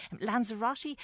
Lanzarote